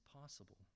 possible